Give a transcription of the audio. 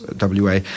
WA